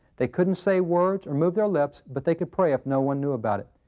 they couldn't say words or move their lips, but they could pray if no one knew about it!